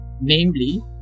Namely